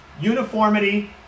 uniformity